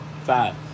five